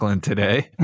today